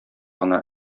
гына